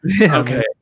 Okay